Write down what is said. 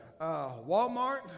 Walmart